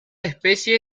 especie